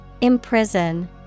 Imprison